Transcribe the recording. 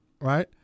right